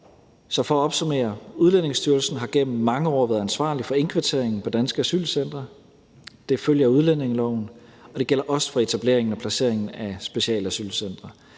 Så for at opsummere: Udlændingestyrelsen har gennem mange år været ansvarlig for indkvarteringen på danske asylcentre. Det følger af udlændingeloven, og det gælder også for etablering og placering af specialasylcentre.